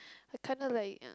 I kind of like